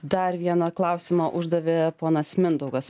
dar vieną klausimą uždavė ponas mindaugas